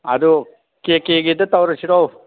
ꯑꯗꯣ ꯀꯦꯀꯦꯒꯤꯗ ꯇꯧꯔꯁꯤꯔꯣ